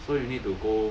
so you need to go